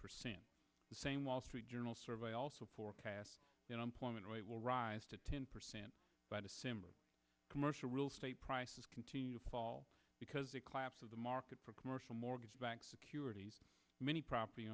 percent the same wall street journal survey also forecasts their employment rate will rise to ten percent by december commercial real estate prices continue to fall because it collapse of the market for commercial mortgage backed securities many property